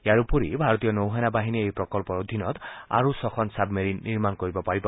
ইয়াৰ উপৰি ভাৰতীয় নৌ সেনা বাহিনীয়ে এই প্ৰকল্পৰ অধীনত আৰু ছখন ছাবমেৰিন নিৰ্মাণ কৰিব পাৰিব